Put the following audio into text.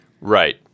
Right